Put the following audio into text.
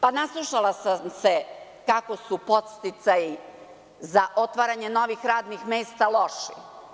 Pa, naslušala sam se kako su podsticaji za otvaranje novih radnih mesta loši.